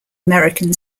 american